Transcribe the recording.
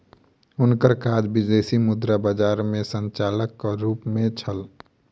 हुनकर काज विदेशी मुद्रा बजार में संचालक के रूप में छल